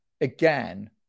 again